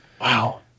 Wow